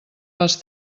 les